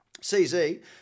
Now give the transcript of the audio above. CZ